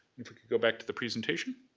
if we could go back to the presentation.